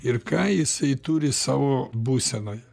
ir ką jisai turi savo būsenoje